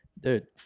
Dude